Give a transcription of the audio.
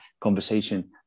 conversation